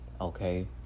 Okay